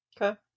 Okay